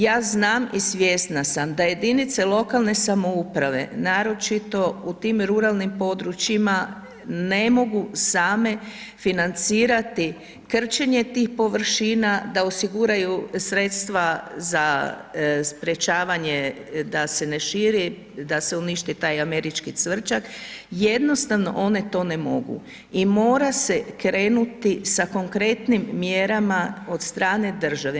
Ja znam i svjesna sam da jedinice lokalne samouprave naročito u tim ruralnim područjima, ne mogu same financirati krčenje tih površina, da osiguraju sredstva za sprečavanje da se ne širi, da se uništi taj američki cvrčak, jednostavno one to ne mogu, i mora se krenuti sa konkretnim mjerama od strane države.